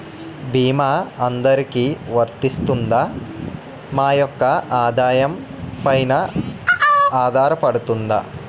భీమా అందరికీ వరిస్తుందా? మా యెక్క ఆదాయం పెన ఆధారపడుతుందా?